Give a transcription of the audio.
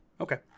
okay